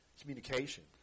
communication